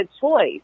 choice